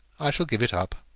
i shall give it up.